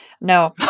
No